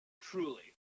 truly